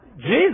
Jesus